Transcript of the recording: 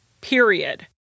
period